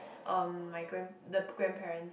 uh my grand the grandparents